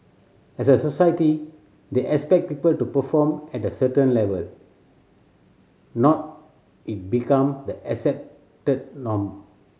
as a society they expect people to perform at a certain level it become the accepted norm